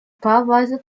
paarweise